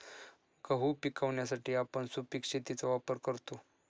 गहू पिकवण्यासाठी आपण सुपीक शेतीचा वापर करतो